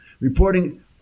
reporting